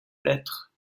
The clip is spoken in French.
lettres